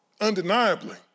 undeniably